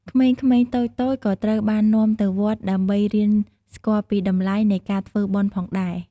ក្មេងៗតូចៗក៏ត្រូវបាននាំទៅវត្តដើម្បីរៀនស្គាល់ពីតម្លៃនៃការធ្វើបុណ្យផងដែរ។